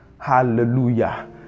Hallelujah